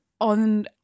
On